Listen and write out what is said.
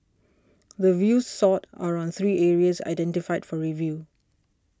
the views sought are on three areas identified for review